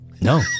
No